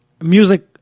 music